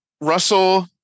Russell